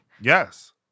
Yes